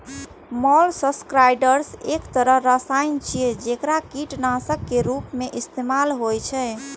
molluscicides एक तरहक रसायन छियै, जेकरा कीटनाशक के रूप मे इस्तेमाल होइ छै